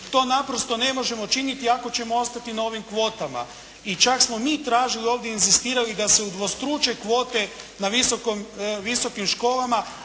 To naprosto ne možemo činiti ako ćemo ostati na ovim kvotama. I čak smo mi tražili ovdje inzistirali da se udvostruče kvote na visokim školama,